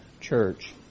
church